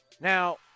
Now